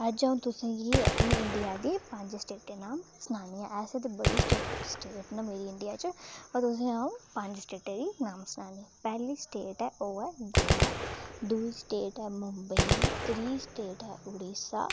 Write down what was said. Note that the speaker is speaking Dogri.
अज्ज अ'ऊं तुसेंगी अपनी इंडिया दी पंज स्टेटें नाम सनानियां ऐसे ते बड़ी स्टेट स्टेट न मेरी इंडिया च मगर तुसें अऊं पंज स्टेटें दी नाम सनानी पैह्ली स्टेट ऐ ओह् ऐ गोवा दुई स्टेट ऐ मुंबई त्री स्टेट ऐ ओड़िसा